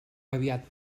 aviat